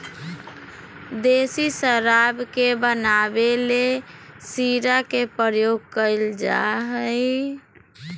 देसी शराब के बनावे ले शीरा के प्रयोग कइल जा हइ